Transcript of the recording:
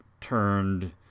turned